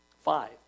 Five